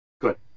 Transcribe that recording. Good